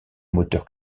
moteur